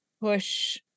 push